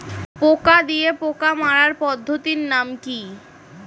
পোকা দিয়ে পোকা মারার পদ্ধতির নাম কি?